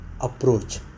approach